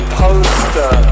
poster